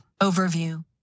Overview